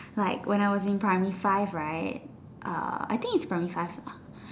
like when I was in primary five right uh I think is primary five lah